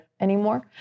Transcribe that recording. anymore